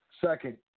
Second